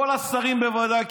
כמעט כל השרים בוודאי,